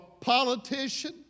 politician